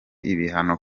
ibihano